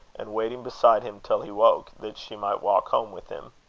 and waiting beside him till he woke, that she might walk home with him.